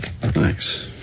Thanks